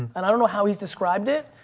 and i don't know how he's described it,